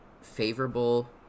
favorable